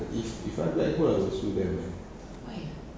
if if I'm black hole I will sue them man